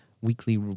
weekly